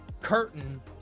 curtain